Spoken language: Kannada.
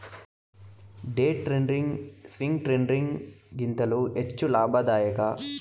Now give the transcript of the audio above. ಡೇ ಟ್ರೇಡಿಂಗ್, ಸ್ವಿಂಗ್ ಟ್ರೇಡಿಂಗ್ ಗಿಂತಲೂ ಹೆಚ್ಚು ಲಾಭದಾಯಕ